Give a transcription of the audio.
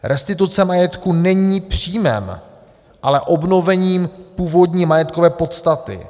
Restituce majetku není příjmem, ale obnovením původní majetkové podstaty.